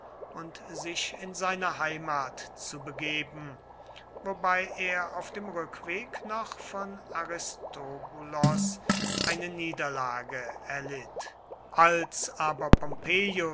und sich in seine heimat zu begeben wobei er auf dem rückweg noch von aristobulos eine niederlage erlitt als aber pompeius